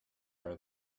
are